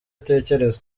atekereza